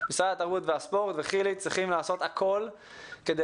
משרד התרבות והספורט וחילי צריכים לעשות הכול כדי